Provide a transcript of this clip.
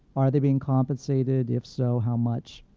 are they being compensated, if so, how much,